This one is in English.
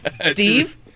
Steve